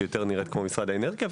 שנראית כמו של משרד האנרגיה.